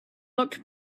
looked